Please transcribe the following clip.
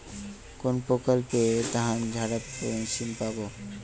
কোনপ্রকল্পে ধানঝাড়া মেশিন পাব?